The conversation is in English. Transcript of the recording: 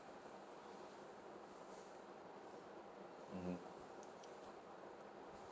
hmm